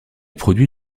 produit